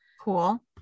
Cool